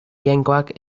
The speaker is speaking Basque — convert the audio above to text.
jainkoak